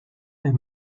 est